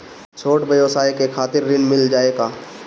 छोट ब्योसाय के खातिर ऋण मिल जाए का?